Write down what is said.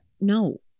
No